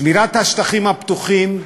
שמירת השטחים הפתוחים,